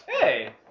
Hey